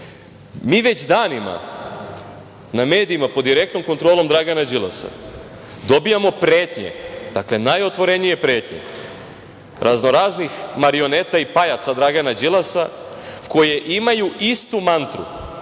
Mi već danima na medijima pod direktnom kontrolom Dragana Đilasa dobijamo pretnje, dakle najotvorenije pretnje, raznoraznih marioneta i pajaca Dragana Đilasa koje imaju istu mantru